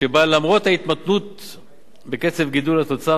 שבה למרות ההתמתנות בקצב גידול התוצר,